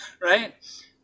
right